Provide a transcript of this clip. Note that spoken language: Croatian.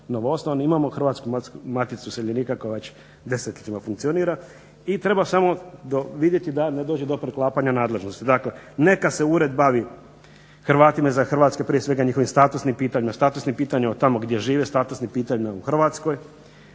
imamo osnovani. Imamo Hrvatsku maticu iseljenika koja već desetljećima funkcionira i treba samo vidjeti da ne dođe do preklapanja nadležnosti. Dakle, neka se ured bavi Hrvatima izvan Hrvatske, prije svega njihovim statusnim pitanjima, statusnim pitanjima tamo gdje žive, statusnim pitanjima u Hrvatskoj,